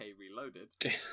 Reloaded